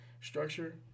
structure